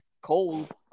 Cold